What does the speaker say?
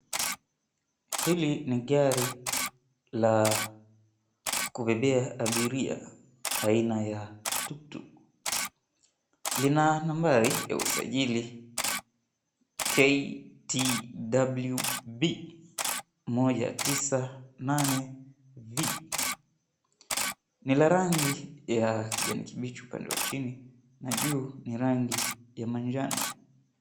Hili ni gari la kubebea abiria, aina ya tuktuk. Lina nambari ya usajili KTWB 198V. Ni la rangi ya kijani kibichi upande wa chini na juu ni rangi ya manjano.